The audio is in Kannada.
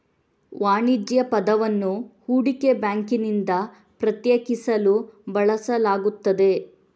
ವಾಣಿಜ್ಯ ಪದವನ್ನು ಹೂಡಿಕೆ ಬ್ಯಾಂಕಿನಿಂದ ಪ್ರತ್ಯೇಕಿಸಲು ಬಳಸಲಾಗುತ್ತದೆ